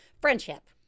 Friendship